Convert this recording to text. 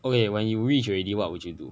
okay when you rich already what would you do